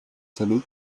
salud